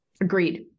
Agreed